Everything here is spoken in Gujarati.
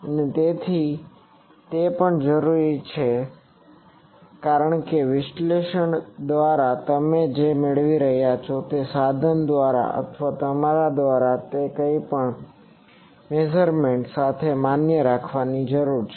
અને તે પણ જરૂરી છે કારણ કે વિશ્લેષણ દ્વારા તમે જે મેળવી રહ્યા છો તે સાધન દ્વારા અથવા તમારા દ્વારા જે કંઇ પણ છે જે મેઝરમેન્ટ સાથે માન્ય રાખવાની જરૂર છે